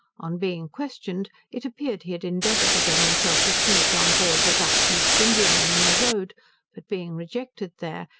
on being questioned, it appeared he had endeavoured to get himself received on board a dutch east indiaman in the road but being rejected there,